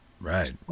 right